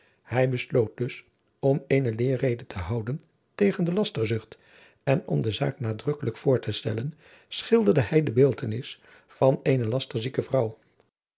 hij besloot dus om eene leerrede te houden tegen de lasterzucht en om de zaak nadrukkelijk voor te stellen schilderde hij de beeldtenis van eene lasterzieke vrouw